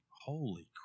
holy